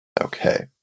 Okay